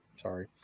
sorry